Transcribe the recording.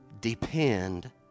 depend